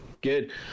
Good